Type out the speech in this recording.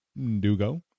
Dugo